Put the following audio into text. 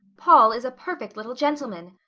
paul is a perfect little gentleman.